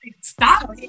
stop